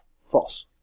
false